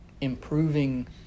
improving